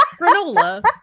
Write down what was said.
Granola